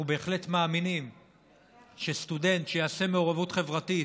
אנחנו בהחלט מאמינים שסטודנט שיעשה מעורבות חברתית